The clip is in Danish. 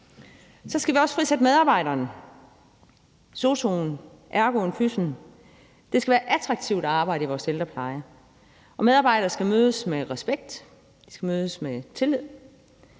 Vi skal også frisætte medarbejderen – sosu'en, ergoterapeuten, fysioterapeuten. Det skal være attraktivt at arbejde i vores ældrepleje, og medarbejdere skal mødes med respekt, de skal mødes med tillid.